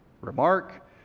remark